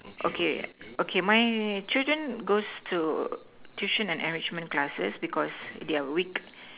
okay okay my children goes to tuition and enrichment classes because they are weak